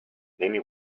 penny